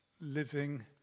living